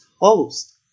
host